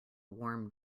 warm